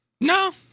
No